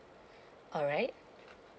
alright